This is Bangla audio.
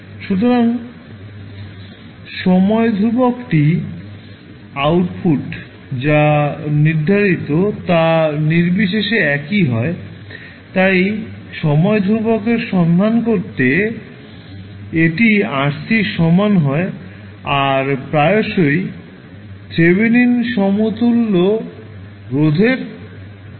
সুতরাং সময় ধ্রুবকটি আউটপুট যা নির্ধারিত তা নির্বিশেষে একই হয় তাই সময় ধ্রুবকের সন্ধান করতে এটি RCর সমান হয় আর প্রায়শই থেভেনিন সমতুল্য রোধের সমান হয়